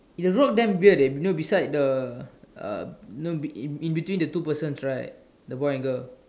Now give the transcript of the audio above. eh the rock damn weird eh you know beside the uh you know in in between the two persons right the boy and girl